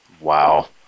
Wow